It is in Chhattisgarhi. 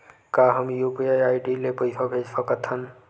का हम यू.पी.आई आई.डी ले पईसा भेज सकथन?